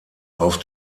auf